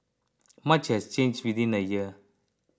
much has change within a year